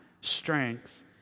strength